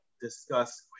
discuss